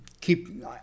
keep